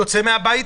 יוצא מהבית?